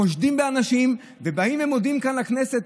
חושדים באנשים ובאים ומודיעים כאן לכנסת,